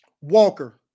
Walker